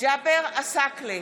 ג'אבר עסאקלה,